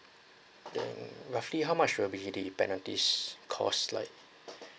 then roughly how much will be the penalties cost like